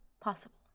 possible